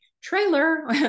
trailer